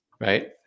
right